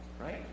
right